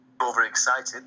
overexcited